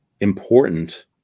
important